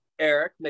Eric